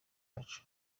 iwacu